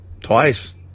twice